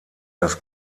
das